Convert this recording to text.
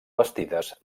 bastides